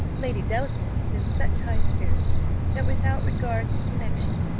lady delacour was in such high spirits that, without regard to connexion,